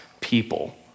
people